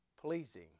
pleasing